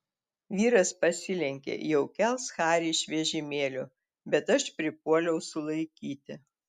vyras pasilenkė jau kels harį iš vežimėlio bet aš pripuoliau sulaikyti